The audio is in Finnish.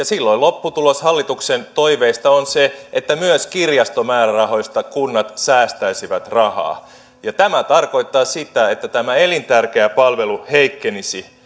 silloin lopputulos hallituksen toiveesta on se että myös kirjastomäärärahoista kunnat säästäisivät rahaa tämä tarkoittaa sitä että tämä elintärkeä palvelu heikkenisi